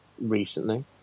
recently